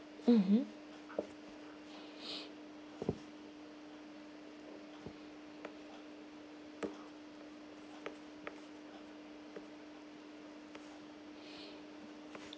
mmhmm